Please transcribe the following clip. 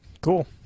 cool